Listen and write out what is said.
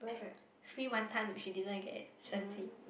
free wan-ton she didn't get one free